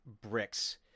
bricks